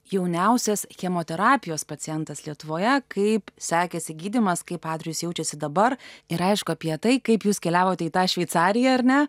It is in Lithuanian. jauniausias chemoterapijos pacientas lietuvoje kaip sekėsi gydymas kaip adrijus jaučiasi dabar ir aišku apie tai kaip jūs keliavote į tą šveicariją ar ne